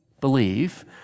believe